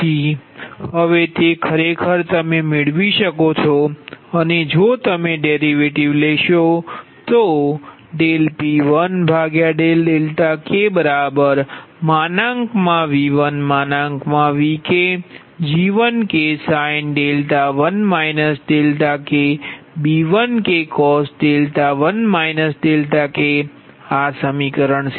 તેથી હવે તે ખરેખર છે અને જો તમે ડેરિવેટિવ લેશો તો P1kV1VkG1ksin 1 k B1kcos 1 k આ સમીકરણ